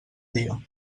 dia